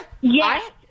Yes